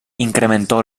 incrementó